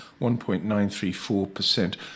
1.934%